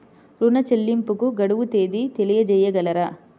ఋణ చెల్లింపుకు గడువు తేదీ తెలియచేయగలరా?